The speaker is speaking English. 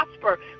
prosper